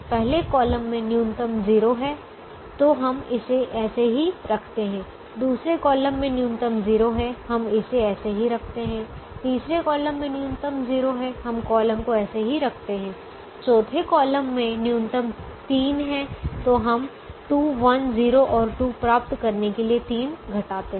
पहले कॉलम मे न्यूनतम 0 है तो हम इसे ऐसे ही रखते हैं दूसरे कॉलम मे न्यूनतम 0 है हम इसे ऐसे ही रखते हैं तीसरे कॉलम मे न्यूनतम 0 है हम कॉलम को ऐसे ही रखते हैं चौथे कॉलम मे न्यूनतम 3 है तो हम 2 1 0 और 2 प्राप्त करने के लिए 3 घटाते हैं